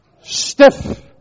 stiff